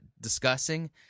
discussing